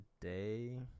today